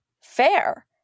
fair